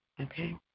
okay